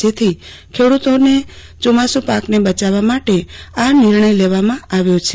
જેથી ખેડૂતોના ચોમાસુ પાકને બચાવવા માટે આ નિર્ણય લેવાયો છે